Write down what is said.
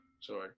Sorry